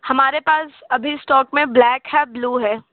हमारे पास अभी स्टॉक में ब्लैक है ब्लू है